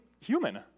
human